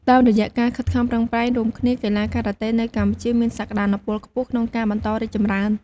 តាមរយៈការខិតខំប្រឹងប្រែងរួមគ្នា កីឡាការ៉ាតេនៅកម្ពុជាមានសក្ដានុពលខ្ពស់ក្នុងការបន្តរីកចម្រើន។